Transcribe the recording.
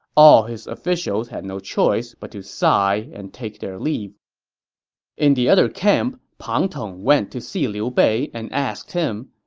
all his officials had no choice but to sigh and take their leave in the other camp, pang tong went to see liu bei and asked him,